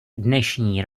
dnešní